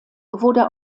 wurde